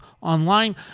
online